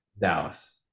Dallas